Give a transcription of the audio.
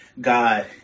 God